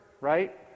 right